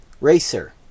racer